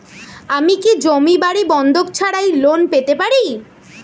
আমি কি জমি বাড়ি বন্ধক ছাড়াই লোন পেতে পারি?